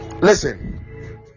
listen